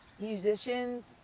musicians